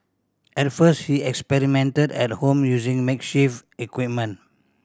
at first he experimented at home using makeshift equipment